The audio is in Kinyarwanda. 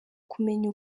kumenya